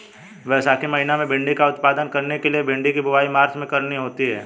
वैशाख महीना में भिण्डी का उत्पादन करने के लिए भिंडी की बुवाई मार्च में करनी होती है